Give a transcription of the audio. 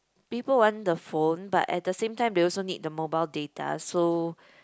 people want the phone but at the same time they also need the mobile data so